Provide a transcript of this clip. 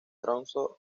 tromsø